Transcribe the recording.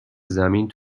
زمین